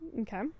Okay